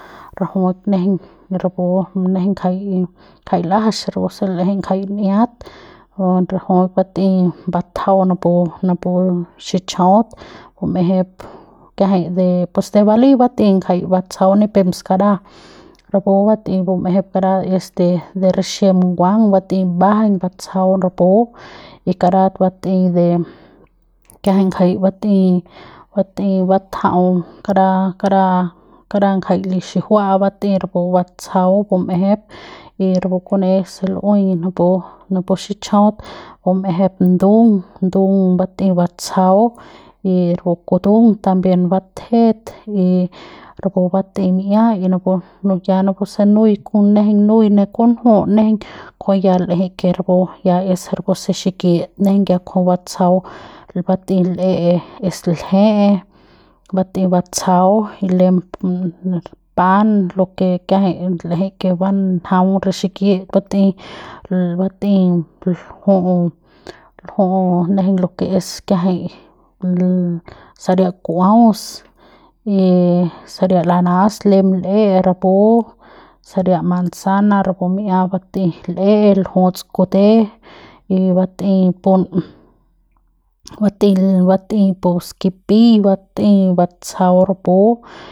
Rajuik nejeiñ rapu nejeiñ ngajay l'ajax rapu se l'eje jay n'iat a rajuik bat'ey batjau napu napu xichajaut bum'ejep kiajay de se vali bat'ey ngajay batsajau nipem skaraja rapu bat'ey bum'ejep karat es de rixiem nguang bat'ey mbajaiñ batsajau rapu y karat bat'ey de kiajay ngajay bat'ey de bat'ey batjau kara kara kara ngajay li xijiua'a bat'ey rapu batsajau bum'ejep y rapu kune se lu'uey napu napu xich'ajaut bumejep ndung ndung bat'ey batsajau y rapu kutung también batjet y rapu bat'ey mi'ia ya napuse nuy nejeiñ nuy ne kunju nejeiñ kujuy ya l'eje que rapu ya es rapu se xikit nejeiñ ya kujuy batsajau bat'ey l'e es lje'e bat'ey batsajau y lo pan que kiajay l'eje que banjaung re xikit bat'ey bat'ey lju'u lju'u lo que es kiajay saria ku'uaus y saria lanas lem l'e rapu saria manzana rapu mi'ia bat'ey l'e ljuts kute y bat'ey pun y bat'ey bat'ey pu skipi bat'ey batsajau rapu.